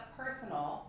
personal